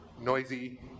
noisy